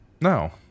no